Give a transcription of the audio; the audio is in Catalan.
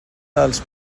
dels